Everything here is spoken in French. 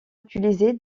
utilisée